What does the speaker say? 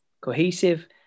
cohesive